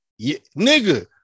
nigga